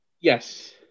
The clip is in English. Yes